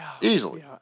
easily